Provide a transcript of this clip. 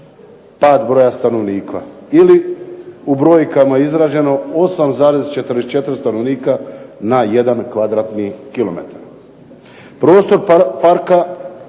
u brojkama izraženo 8,44 stanovnika na 1 km2.